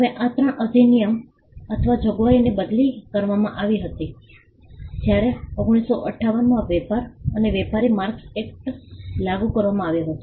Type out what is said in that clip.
હવે આ 3 અધિનિયમ અથવા જોગવાઈઓની બદલી કરવામાં આવી હતી જ્યારે 1958 માં વેપાર અને વેપારી માર્કસ એક્ટ લાગુ કરવામાં આવ્યો હતો